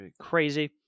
crazy